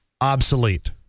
obsolete